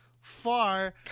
far